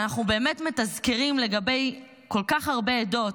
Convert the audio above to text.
אנחנו באמת מתזכרים לגבי כל כך הרבה עדות,